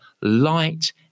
light